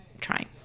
trying